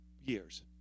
years